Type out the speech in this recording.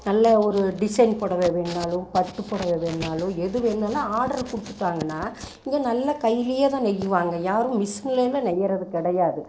நல்ல ஒரு டிசைன் புடவ வேணும்னாலும் பட்டு புடவ வேணும்னாலும் எது வேணும்னாலும் ஆடர் கொடுத்துட்டாங்கன்னா இங்கே நல்ல கையிலியே தான் நெய்யுவாங்க யாரும் மிஷின்லேலாம் நெய்யுறது கிடையாது